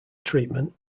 treatment